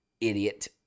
Idiot